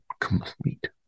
complete